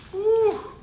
ooh,